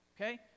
okay